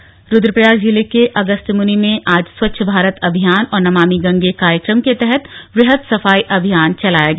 स्वच्छता अभियान रुद्रप्रयाग जिले के अगस्त्यमुनि में आज स्वच्छ भारत अभियान और नमामि गंगे कार्यक्रम के तहत वृहद सफाई अभियान चलाया गया